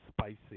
spicy